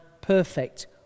perfect